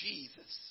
Jesus